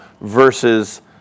versus